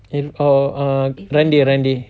eh oh err rundy rundy